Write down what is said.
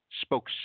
spoke